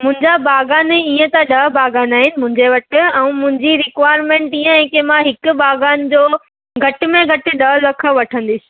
मुंहिंजा बाग़ान इअं त ॾह बाग़ान आहिनि मुंहिंजे वटि ऐं मुंहिंजी रिक्वायर्मेंट इअं आहे की मां हिकु बाग़ान जो घटि में घटि ॾह लख वठंदसि